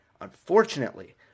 Unfortunately